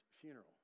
funeral